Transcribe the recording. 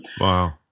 Wow